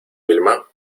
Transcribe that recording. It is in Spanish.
vilma